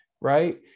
right